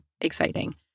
exciting